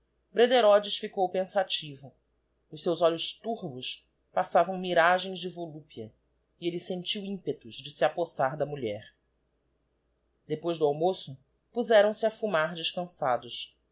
brederodes ficou pensativo nos seus olhos turvos passavam miragens de volúpia e elle sentiu ímpetos de se apossar da mulher depois do almoço puzeram se a fumar descançados